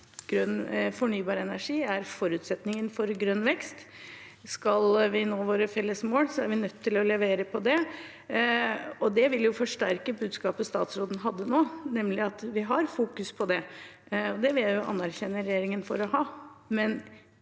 fornybar energi er forutsetningen for grønn vekst? Skal vi nå våre felles mål, er vi nødt til å levere på det. Det vil forsterke budskapet statsråden hadde nå, nemlig at vi fokuserer på det. Det vil jeg anerkjenne regjeringen for, men